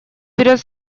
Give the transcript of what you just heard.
берет